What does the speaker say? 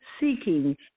seeking